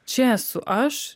čia esu aš